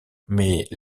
mais